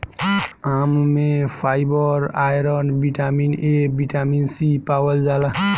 आम में fibre, iron, vitamin A, vitamin C पावल जाला